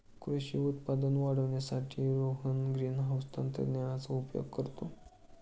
कृषी उत्पादन वाढवण्यासाठी रोहन ग्रीनहाउस तंत्रज्ञानाचा उपयोग करतो